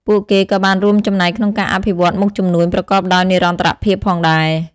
ពួកគេក៏បានរួមចំណែកក្នុងការអភិវឌ្ឍមុខជំនួញប្រកបដោយនិរន្តរភាពផងដែរ។